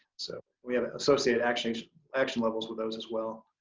so we have associated action action levels with those as well.